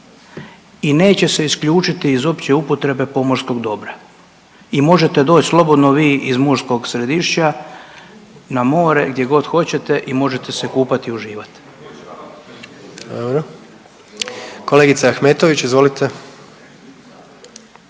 i neće se isključiti iz opće upotrebe pomorskog dobra i možete doći slobodno vi iz Murskog Središća na more gdje god hoćete i možete se kupati i uživati.